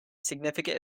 significant